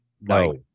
No